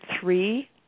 three